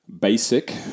basic